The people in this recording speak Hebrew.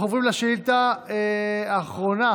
אנחנו עוברים לשאילתה האחרונה